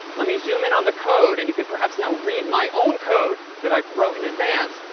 let me zoom in on the code, and you can, perhaps, now read my own code that i wrote in advance.